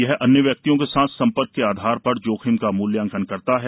यह अनग्र वग्रक्तियों के साथ समप्रर्क के आधार पर जोखिम का मूलयांकन करता है